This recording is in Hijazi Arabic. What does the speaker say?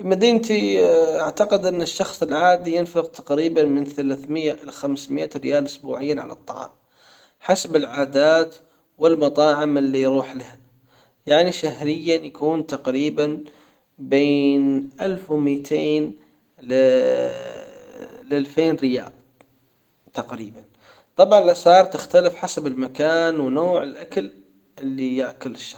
في مدينتي أعتقد ان الشخص العادي ينفق تقريبًا من ثلاث مئة الى خمس مئة ريال اسبوعيًا على الطعام حسب العادات والمطاعم اللي يروح لها يعني شهريا يكون تقريبا بين الف ومئتين لألفين ريال تقريبًا طبعًا الاسعار تختلف حسب المكان ونوع الأكل اللي ياكل الشخص.